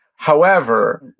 however,